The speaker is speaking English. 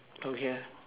okay